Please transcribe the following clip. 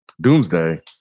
Doomsday